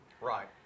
Right